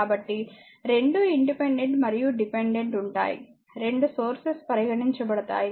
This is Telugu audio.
కాబట్టి రెండూ ఇండిపెండెంట్ మరియు డిపెండెంట్ ఉంటాయి రెండు సోర్సెస్ పరిగణించబడతాయి